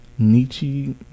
Nietzsche